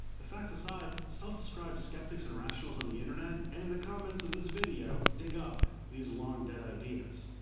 the facts aside, self-described sceptics and rationals on the internet and and the comments of this video dig up these long-dead ideas.